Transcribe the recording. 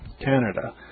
Canada